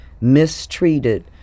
mistreated